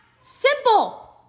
Simple